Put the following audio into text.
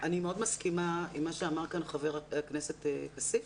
אני מאוד מסכימה עם מה שאמר כאן חבר הכנסת כסיף.